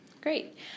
Great